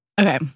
Okay